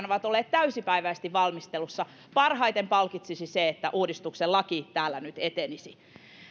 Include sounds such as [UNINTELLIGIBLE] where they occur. [UNINTELLIGIBLE] ovat olleet täysipäiväisesti pelkästään valmistelussa parhaiten palkitsisi se että uudistuksen laki täällä nyt etenisi